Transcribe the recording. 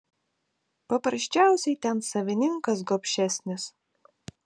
paprasčiausiai ten savininkas gobšesnis